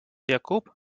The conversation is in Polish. jakub